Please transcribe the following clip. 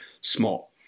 small